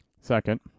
second